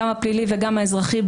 גם הפלילי וגם האזרחי,